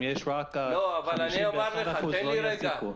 אם יש רק 51% לא יהיה סיכון.